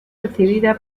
recibida